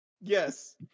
yes